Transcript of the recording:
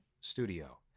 studio